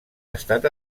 estat